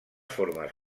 formes